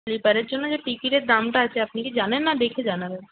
স্লিপারের জন্য যে টিকিটের দামটা আছে আপনি কি জানেন না দেখে জানাবেন